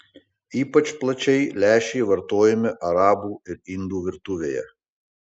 ypač plačiai lęšiai vartojami arabų ir indų virtuvėje